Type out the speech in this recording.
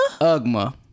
UGMA